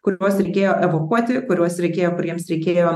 kuriuos reikėjo evakuoti kuriuos reikėjo kuriems reikėjo